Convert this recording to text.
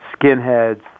skinheads